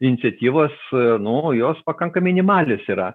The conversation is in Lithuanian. iniciatyvos nuo jos pakanka minimalios yra